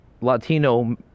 Latino